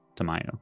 Tamayo